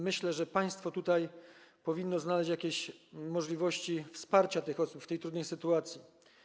Myślę, że państwo powinno znaleźć jakieś możliwości wsparcia tych osób w trudnej sytuacji.